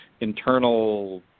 internal